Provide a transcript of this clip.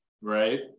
Right